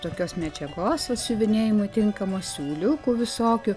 tokios medžiagos vat siuvinėjimui tinkamos siūliukų visokių